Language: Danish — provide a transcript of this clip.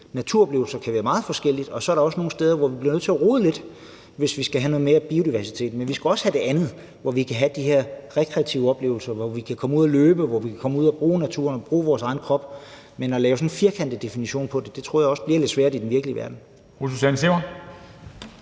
naturoplevelser kan opleves meget forskelligt. Og så er der også steder, hvor vi bliver nødt til at rode lidt, hvis vi skal have noget mere biodiversitet. Men vi skal også have det andet, hvor vi kan få de her rekreative oplevelser, hvor vi kan komme ud at løbe, hvor vi kan komme ud og bruge naturen og bruge vores egen krop. Men at lave sådan en firkantet definition på det tror jeg også bliver lidt svært i den virkelige verden.